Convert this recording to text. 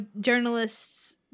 journalists